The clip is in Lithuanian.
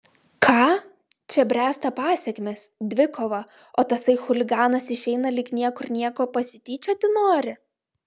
ką čia bręsta pasekmės dvikova o tasai chuliganas išeina lyg niekur nieko pasityčioti nori